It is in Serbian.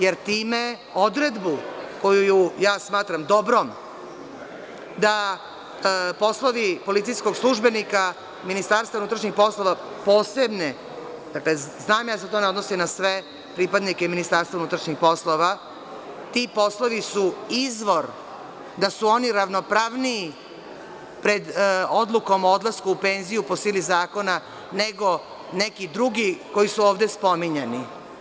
Jer time odredbu koja ja smatram dobrom, da poslovi policijskog službenika Ministarstva unutrašnjih poslova posebne, dakle, znam ja da se to ne odnosi na sve pripadnike Ministarstva unutrašnjih poslova, ti poslovi su izvor, da su oni ravnopravniji pred odlukom o odlasku u penziju po sili zakona nego neki drugi koji su ovde spominjani.